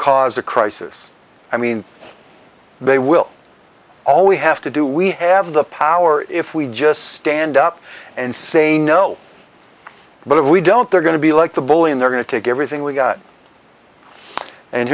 cause a crisis i mean they will all we have to do we have the power if we just stand up and say no but if we don't they're going to be like the bully and they're going to take everything we've got and